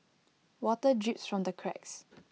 water drips from the cracks